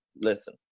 listen